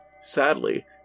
Sadly